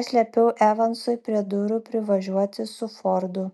aš liepiau evansui prie durų privažiuoti su fordu